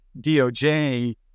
DOJ